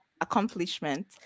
accomplishment